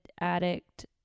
addict